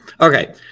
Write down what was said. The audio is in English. Okay